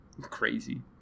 crazy